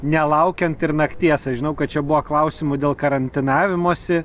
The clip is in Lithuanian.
nelaukiant ir nakties aš žinau kad čia buvo klausimų dėl karantinavimosi